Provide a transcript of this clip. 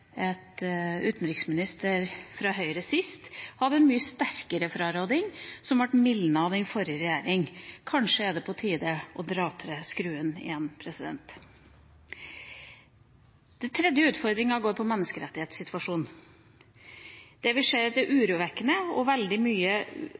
fra Høyre hadde en mye sterkere fraråding, som så ble mildnet av den forrige regjeringa. Kanskje er det på tide å dra til skruen igjen? Den tredje utfordringa går på menneskerettighetssituasjonen. Det vi ser, er at det